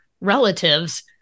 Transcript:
relatives